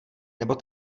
nebo